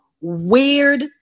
weird